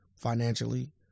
financially